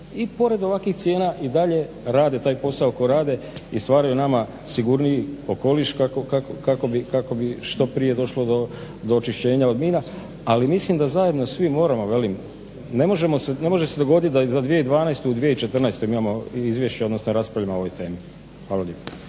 i pored ovakvih cijena i dalje rade taj posao koji rade i stvaraju nama sigurniji okoliš kako bi što prije došlo do očišćenja od mina. Ali mislim da zajedno svi moramo ne može se dogoditi da i za 2012.u 2014.imamo izvješće odnosno raspravu na ovu temu. Hvala lijepa.